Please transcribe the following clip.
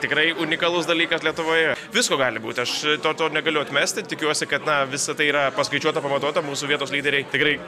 tikrai unikalus dalykas lietuvoje visko gali būti aš to to negaliu atmesti tikiuosi kad na visa tai yra paskaičiuota pamatuota mūsų vietos lyderiai tikrai